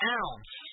ounce